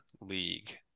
League